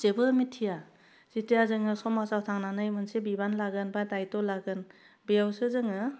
जेबो मिथिया जेथिया जोङो समाजाव थांनानै मोनसे बिबान लागोन बा दायथ' लागोन बेयावसो जोङो